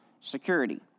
security